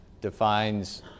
defines